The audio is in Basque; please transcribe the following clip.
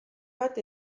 bat